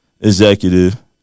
executive